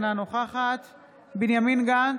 אינה נוכחת בנימין גנץ,